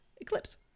Eclipse